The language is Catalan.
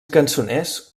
cançoners